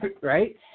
right